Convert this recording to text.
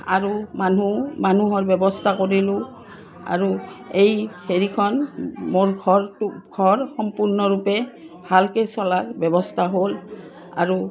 আৰু মানুহ মানুহৰ ব্যৱস্থা কৰিলোঁ আৰু এই হেৰিখন মোৰ ঘৰটো ঘৰ সম্পূৰ্ণৰূপে ভালকৈ চলাৰ ব্যৱস্থা হ'ল আৰু